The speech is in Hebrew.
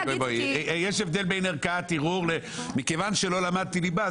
יש הבדל בין ערכאת ערעור מכיוון שלא למדתי ליבה,